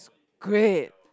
great